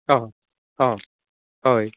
आं आं हय